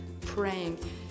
praying